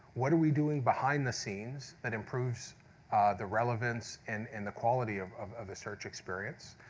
what are we doing behind the scenes that improves the relevance and and the quality of of ah the search experience.